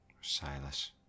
Silas